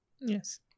Yes